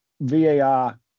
VAR